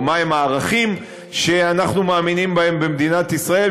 או מהם הערכים שאנחנו מאמינים בהם במדינת ישראל,